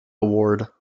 award